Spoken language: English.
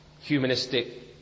humanistic